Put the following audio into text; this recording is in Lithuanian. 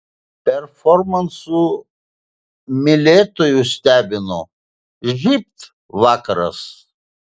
performansų mylėtojus stebino žybt vakaras